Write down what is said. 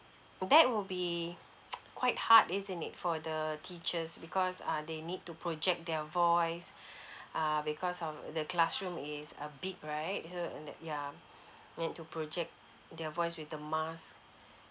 that would be quite hard isn't it for the teachers because uh they need to project their voice uh because of the classroom is uh big right so uh that ya need to project their voice with the mask